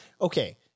okay